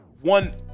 one